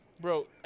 Bro